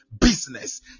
business